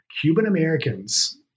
Cuban-Americans